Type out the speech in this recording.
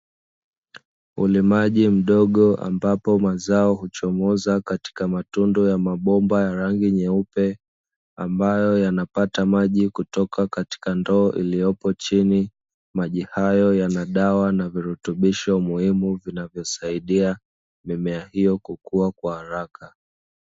Ulimaji mdogo ambapo mazao huchomoza katika matundu ya mabomba ya rangi nyeupe, ambayo yapata maji kutoka katika ndoo iliyopo chini, maji hayo yanadawa na virutubisho muhimu vinavyosaidia mimea hiyo kukua kwa haraka.